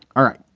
all right.